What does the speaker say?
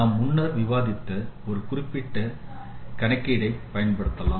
நாம் முன்னர் விவாதித்த ஒரு கணக்கீட்டை பயன்படுத்தலாம்